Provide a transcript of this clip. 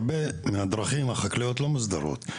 הרבה מהדרכים החקלאיות לא מוסדרות.